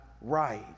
right